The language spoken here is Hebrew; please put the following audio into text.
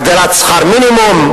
הגדלת שכר מינימום,